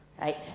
right